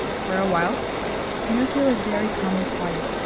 for a while pinocchio was very calm and quiet.